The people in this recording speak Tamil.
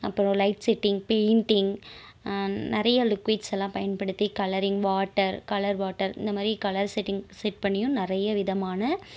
அப்புறம் லைட் செட்டிங் பெயின்டிங் நிறைய லிக்குவிட்ஸ் எல்லாம் பயன்படுத்தி கலரிங் வாட்டர் கலர் வாட்டர் இந்த மாதிரி கலர் செட்டிங் செட் பண்ணியும் நிறைய விதமான